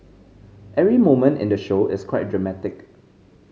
every moment in the show is quite dramatic